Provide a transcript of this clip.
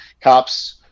cops